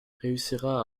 réussira